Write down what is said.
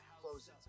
closes